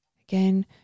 Again